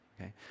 okay